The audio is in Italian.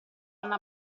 hanno